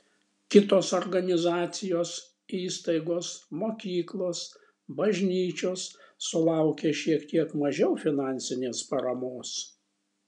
kitos organizacijos įstaigos mokyklos bažnyčios sulaukė šiek tiek mažiau finansinės paramos